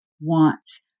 wants